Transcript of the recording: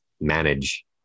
manage